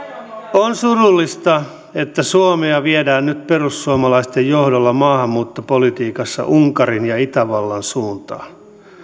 on surullista että suomea viedään nyt perussuomalaisten johdolla maahanmuuttopolitiikassa unkarin ja itävallan suuntaan